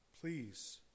please